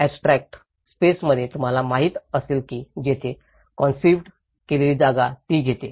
abstract स्पेसमध्ये तुम्हाला माहिती असेल की तिथेच कॉन्सिव्हड केलेली जागा ती घेते